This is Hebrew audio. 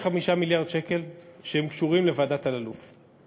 יש 5 מיליארד שקל שקשורים לוועדת אלאלוף,